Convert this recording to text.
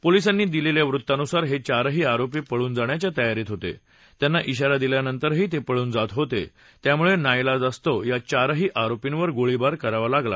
पोलिसांनी दिलेल्या वृत्तानुसार हे चारही आरोपी पळून जाण्याच्या तयारीत होते त्यांना शिवारा दिल्यानंतरही ते पळून जात होते त्यामुळे नाईलाजास्तव या चारही आरोपींवर गोळीबार करावा लागला